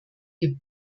geb